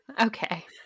Okay